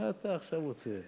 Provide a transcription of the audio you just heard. מה אתה עכשיו רוצה?